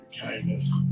kindness